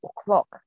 o'clock